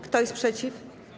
Kto jest przeciw?